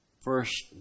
First